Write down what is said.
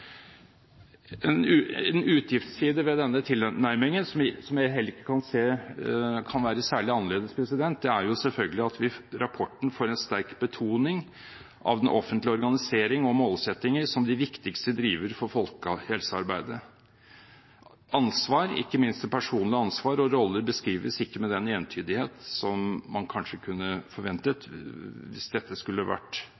En utgiftsside ved denne tilnærmingen, som jeg heller ikke kan se kan være særlig annerledes, er selvfølgelig at rapporten får en sterk betoning av den offentlige organisering og målsettinger som de viktigste drivere for folkehelsearbeidet. Ansvar – ikke minst det personlige ansvar – og roller beskrives ikke med den entydighet som man kanskje kunne